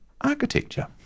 architecture